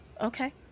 Okay